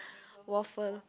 waffle